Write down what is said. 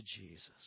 Jesus